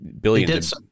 billions